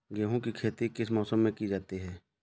गेहूँ की खेती किस मौसम में की जाती है?